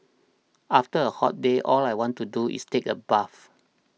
after a hot day all I want to do is take a bath